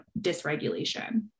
dysregulation